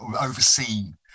overseen